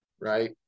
right